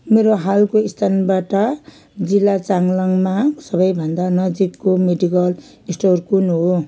मेरो हालको स्थानबाट जिल्ला चाङलाङमा सबैभन्दा नजिकको मेडिकल स्टोर कुन हो